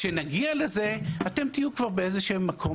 כשנגיע לזה אתם תהיו כבר באיזשהו מקום